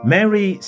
Mary